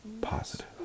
positive